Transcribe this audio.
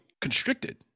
constricted